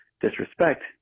Disrespect